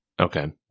Okay